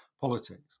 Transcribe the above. politics